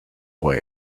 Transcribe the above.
boy